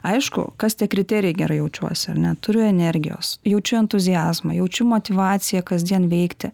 aišku kas tie kriterijai gerai jaučiuosi ar ne turiu energijos jaučiu entuziazmą jaučiu motyvaciją kasdien veikti